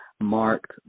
marked